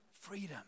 freedom